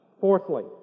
Fourthly